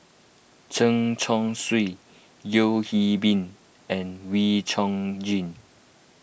Chen Chong Swee Yeo Hwee Bin and Wee Chong Jin